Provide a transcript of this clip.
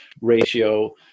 ratio